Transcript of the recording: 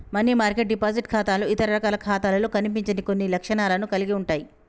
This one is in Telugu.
మనీ మార్కెట్ డిపాజిట్ ఖాతాలు ఇతర రకాల ఖాతాలలో కనిపించని కొన్ని లక్షణాలను కలిగి ఉంటయ్